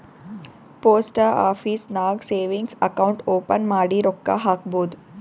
post office ನಾಗ್ savings account open ಮಾಡಿ ರೊಕ್ಕಾ ಹಾಕ್ಬೋದ್